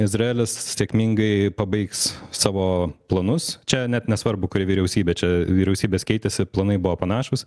izraelis sėkmingai pabaigs savo planus čia net nesvarbu kuri vyriausybė čia vyriausybės keitėsi planai buvo panašūs